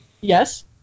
Yes